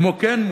כמו כן,